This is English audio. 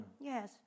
Yes